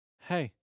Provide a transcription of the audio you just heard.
Hey